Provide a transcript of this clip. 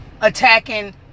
attacking